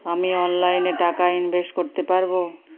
আমি অনলাইনে টাকা ইনভেস্ট করতে পারবো?